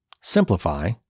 simplify